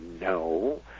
No